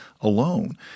alone